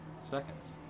seconds